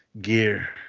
gear